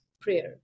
prayer